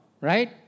Right